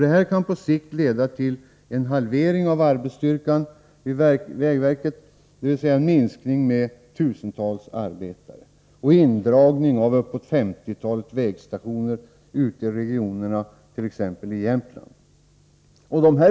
Detta kan på sikt leda till halvering av arbetsstyrkan vid vägverket, dvs. en minskning med tusentals arbetare, och indragning av uppåt femtiotalet vägstationer ute i regionerna, t.ex. i Jämtland.